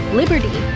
liberty